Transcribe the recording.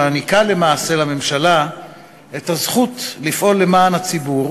מעניקה למעשה לממשלה את הזכות לפעול למען הציבור